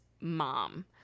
mom